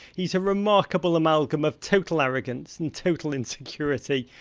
he's a remarkable amalgam of total arrogance and total insecurity.